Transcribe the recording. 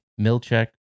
Milchek